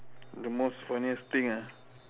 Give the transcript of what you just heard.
the most funniest thing ah